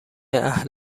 اهل